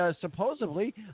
supposedly